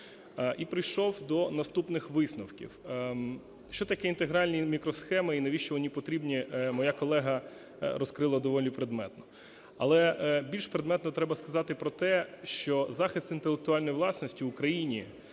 і прийшов до наступних висновків. Що таке інтегральні мікросхеми і навіщо вони потрібні моя колега розкрила доволі предметно. Але більш предметно треба сказати про те, що захист інтелектуальної власності в країні,